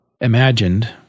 imagined